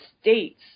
states